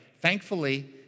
thankfully